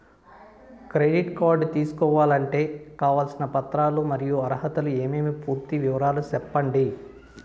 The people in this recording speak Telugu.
క్రెడిట్ కార్డు తీసుకోవాలంటే కావాల్సిన పత్రాలు మరియు అర్హతలు ఏమేమి పూర్తి వివరాలు సెప్పండి?